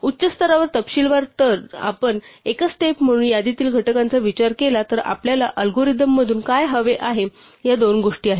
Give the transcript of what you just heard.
उच्च स्तरावर तपशीलवार जर आपण एकच स्टेप म्हणून यादीतील घटकांचा विचार केला तर आपल्याला अल्गोरिदम मधून काय हवे आहे या दोन गोष्टी आहेत